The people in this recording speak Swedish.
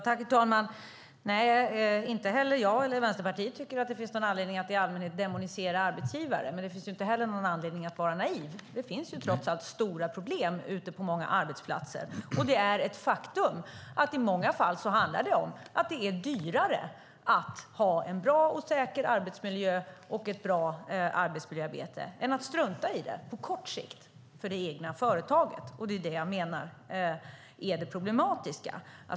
Herr talman! Nej, inte heller jag eller Vänsterpartiet tycker att det finns någon anledning att i allmänhet demonisera arbetsgivare. Men det finns inte heller någon anledning att vara naiv. Det finns trots allt stora problem ute på många arbetsplatser. Det är ett faktum att det i många fall handlar om att det är dyrare att ha en bra och säker arbetsmiljö och ett bra arbetsmiljöarbete än att strunta i det på kort sikt för det egna företaget. Det är det jag menar är det problematiska.